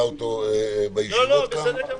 בסדר גמור,